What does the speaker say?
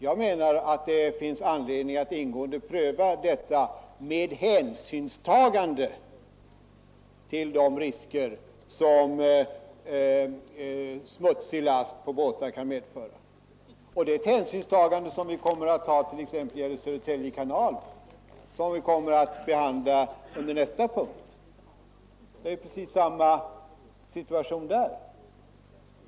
Jag menar att det finns anledning att ingående pröva detta med hänsynstagande till de risker som smutsig last på båtar kan medföra. Det är ett hänsynstagande som vi kommer att ta t.ex. beträffande Södertälje kanal, som vi behandlar under nästa punkt; det är ju precis samma situation där.